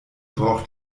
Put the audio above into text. braucht